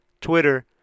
Twitter